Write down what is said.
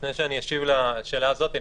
לפני שאני אשיב לשאלה הזאת,